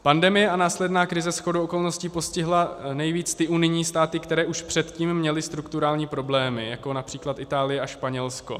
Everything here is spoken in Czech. Pandemie a následná krize shodou okolností postihla nejvíc ty unijní státy, které už předtím měly strukturální problémy, jako například Itálie a Španělsko.